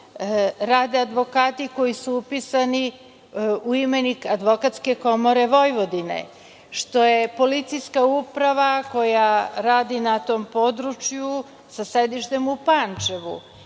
rade advokati koji su upisani u imenik Advokatske komore Vojvodine, što je Policijska uprava koja radi na tom području, sa sedištem u Pančevu.